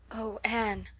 oh, anne,